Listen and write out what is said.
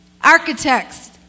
architects